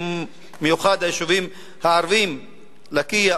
במיוחד היישובים הערביים לקיה,